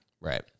Right